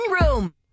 room